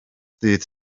ddydd